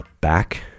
back